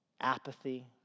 apathy